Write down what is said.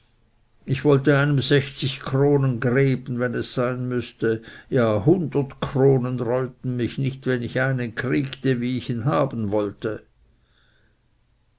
ich wollte einem sechzig kronen geben wenn es sein müßte ja hundert kronen reuten mich nicht wenn ich einen kriegte wie ich ihn haben wollte